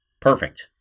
perfect